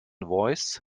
voice